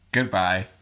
Goodbye